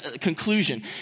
conclusion